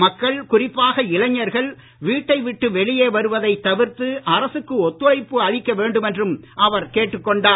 மக்கள் குறிப்பாக இளைஞர்கள் வீட்டை விட்டு வெளியே வருவதை தவிர்த்து அரசுக்கு ஒத்துழைப்பு அளிக்க வேண்டும் என்றும் அவர் கேட்டுக் கொண்டார்